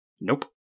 Nope